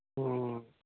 ᱦᱮᱸ